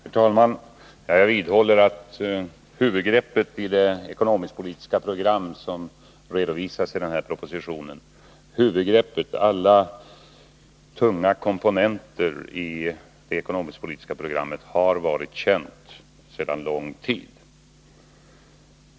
Herr talman! Jag vidhåller att huvudgreppet i det ekonomisk-politiska program som redovisas i den här propositionen — alla dess tunga komponenter — har varit känt sedan lång tid.